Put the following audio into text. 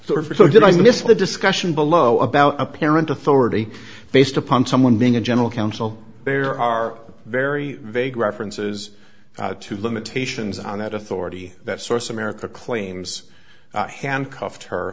are so did i miss the discussion below about a parent authority based upon someone being a general counsel there are very vague references to limitations on that authority that source america claims handcuffed her